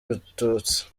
batutsi